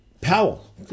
Powell